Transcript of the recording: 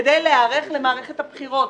כדי להיערך למערכת הבחירות.